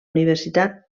universitat